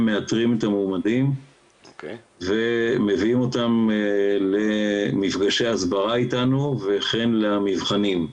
הם מאתרים את המועמדים ומביאים אותם למפגשי הסברה איתנו וכן למבחנים.